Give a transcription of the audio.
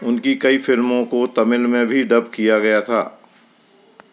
उनकी कई फिल्मों को तमिल में भी डब किया गया था